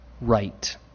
right